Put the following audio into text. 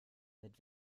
mit